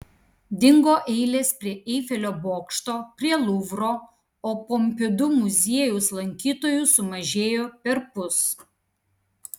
dingo eilės prie eifelio bokšto prie luvro o pompidu muziejaus lankytojų sumažėjo perpus